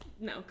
No